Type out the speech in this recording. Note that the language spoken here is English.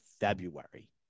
February